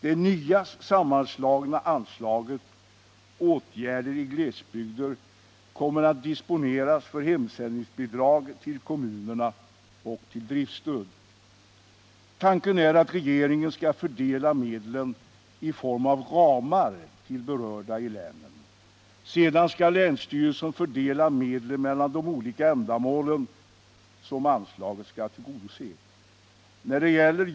Det nya sammanslagna anslaget, Åtgärder i glesbygder, kommer att disponeras för hemsändningsbidrag till kommunerna och för driftstöd. Tanken är att regeringen skall fördela medlen i form av ramar till berörda i länen. Sedan skall länsstyrelsen fördela medlen mellan de olika ändamål som anslaget skall täcka.